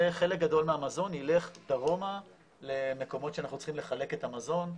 חלק גדול מהמזון ילך דרומה למקומות שאנחנו צריכים לחלק את המזון,